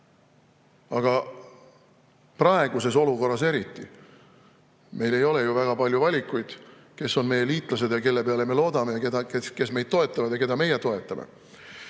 praeguses olukorras meil ei ole ju väga palju valikuid, kes on meie liitlased ja kelle peale me loodame ning kes meid toetavad ja keda meie toetame. Ja